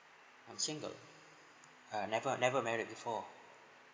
I'm single uh never never married before